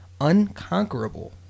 unconquerable